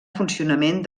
funcionament